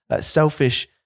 selfish